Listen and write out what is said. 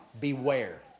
beware